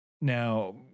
Now